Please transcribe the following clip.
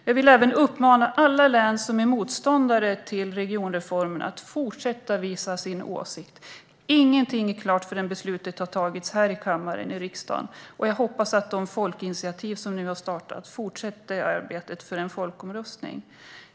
Jag vill även uppmana alla län som är motståndare till regionreformen att fortsätta visa sin åsikt. Ingenting är klart förrän beslutet har tagits här i riksdagens kammare, och jag hoppas att de folkinitiativ som nu har startat fortsätter arbetet för en folkomröstning.